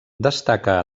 destaca